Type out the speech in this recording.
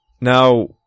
Now